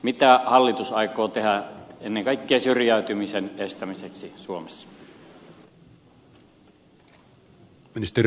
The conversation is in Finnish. mitä hallitus aikoo tehdä ennen kaikkea syrjäytymisen estämiseksi suomessa